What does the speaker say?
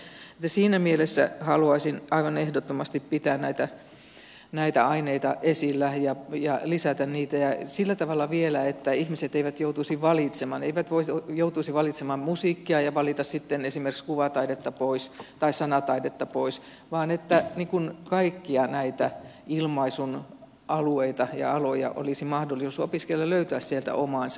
siinä mielessä haluaisin aivan ehdottomasti pitää näitä aineita esillä ja lisätä niitä ja sillä tavalla vielä että ihmiset eivät joutuisi valitsemaan eivät joutuisi valitsemaan musiikkia ja sitten valitsemaan esimerkiksi kuvataidetta pois tai sanataidetta pois vaan että kaikkia näitä ilmaisun alueita ja aloja olisi mahdollisuus opiskella ja löytää sieltä omansa